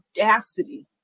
audacity